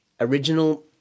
Original